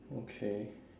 okay